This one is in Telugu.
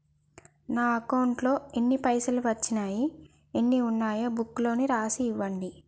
నా అకౌంట్లో ఎన్ని పైసలు వచ్చినాయో ఎన్ని ఉన్నాయో బుక్ లో రాసి ఇవ్వండి?